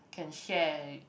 can share